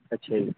ਅੱਛਾ ਜੀ